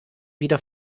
wieder